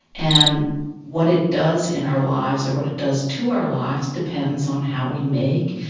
and what it does in our lives or what it does to our lives depends on how we make,